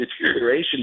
deterioration